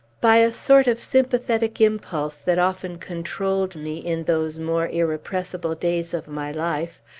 by a sort of sympathetic impulse that often controlled me in those more impressible days of my life,